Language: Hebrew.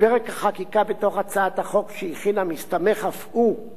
ופרק החקיקה בתוך הצעת החוק שהכינה מסתמך אף הוא על